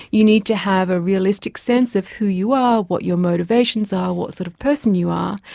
you need to have a realistic sense of who you are, what your motivations are, what sort of person you are,